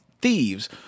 thieves